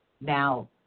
Now